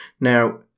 Now